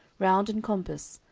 round in compass,